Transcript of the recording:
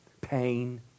pain